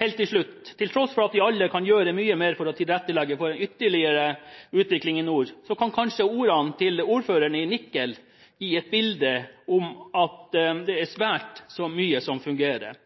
Helt til slutt: Til tross for at vi alle kan gjøre mye mer for å tilrettelegge for en ytterligere utvikling i nord, kan kanskje ordene til ordføreren i Nikel gi et bilde på at det er svært mye som fungerer,